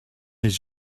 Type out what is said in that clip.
his